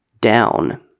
down